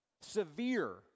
severe